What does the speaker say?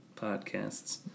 podcasts